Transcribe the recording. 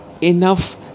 enough